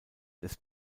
des